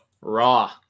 Raw